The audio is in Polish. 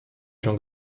się